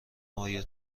آیا